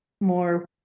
more